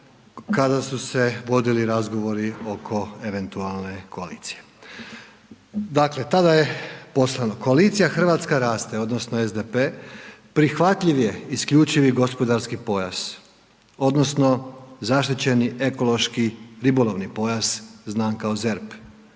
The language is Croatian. kada su se vodili razgovori oko eventualne koalicije. Dakle tada je poslano, koalicija hrvatska raste, odnosno SDP, prihvatljiv je isključivi gospodarski pojas, odnosno zaštićeni ekološki ribolovni pojas znan kao ZERP